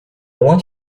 want